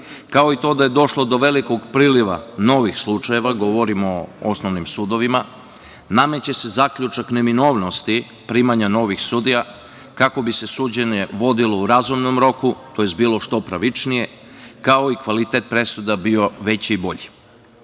kao i to da je došlo do velikog priliva novih slučajeva, govorim o osnovnim sudovima, nameće se zaključak neminovnosti primanja novih sudija kako bi se suđenje vodilo u razumnom roku tj. bilo što pravičnije, kao i kvalitet presuda bio veći i bolji. Naime,